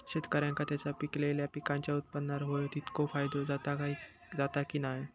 शेतकऱ्यांका त्यांचा पिकयलेल्या पीकांच्या उत्पन्नार होयो तितको फायदो जाता काय की नाय?